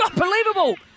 Unbelievable